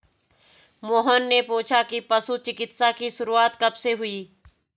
मोहन ने पूछा कि पशु चिकित्सा की शुरूआत कब से हुई?